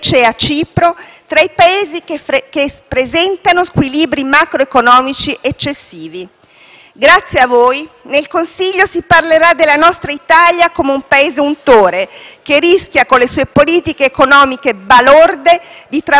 Grazie a voi nel Consiglio si parlerà della nostra Italia come un Paese "untore", che rischia con le sue politiche economiche balorde di travolgere l'intera Unione europea, che pure sui temi della crescita non è esente da gravi responsabilità.